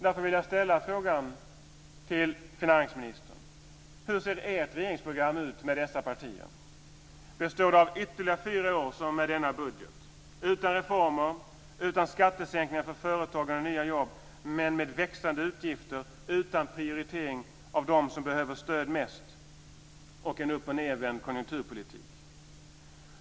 Därför vill jag ställa frågan till finansministern: Hur ser ert regeringsprogram ut tillsammans med dessa partier? Består det av ytterligare fyra år med en budget som denna, utan reformer, utan skattesänkningar för företagande och nya jobb, men med växande utgifter utan prioritering av dem som mest behöver stöd och en uppochnedvänd konjunkturpolitik?